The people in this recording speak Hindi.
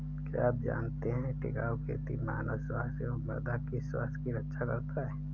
क्या आप जानते है टिकाऊ खेती मानव स्वास्थ्य एवं मृदा की स्वास्थ्य की रक्षा करता हैं?